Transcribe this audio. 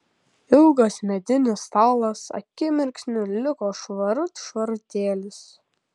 ilgas medinis stalas akimirksniu liko švarut švarutėlis